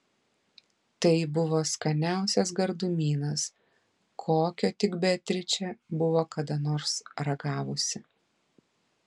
tai buvo skaniausias gardumynas kokio tik beatričė buvo kada nors ragavusi